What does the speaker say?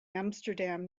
amsterdam